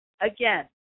again